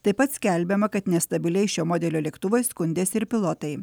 taip pat skelbiama kad nestabiliai šio modelio lėktuvais skundėsi ir pilotai